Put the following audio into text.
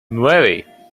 nueve